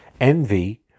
Envy